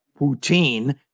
Putin